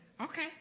okay